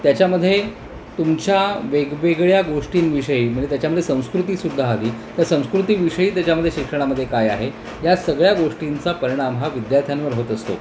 त्याच्यामध्ये तुमच्या वेगवेगळ्या गोष्टींविषयी म्हणजे त्याच्यामध्ये संस्कृतीसुद्धा हवी तर संस्कृतीविषयी त्याच्यामध्ये शिक्षणामध्ये काय आहे या सगळ्या गोष्टींचा परिणाम हा विद्यार्थ्यांवर होत असतो